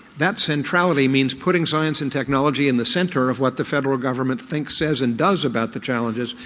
that centrality means putting science and technology in the centre of what the federal government thinks, says and does about the challenges,